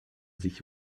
sich